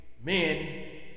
men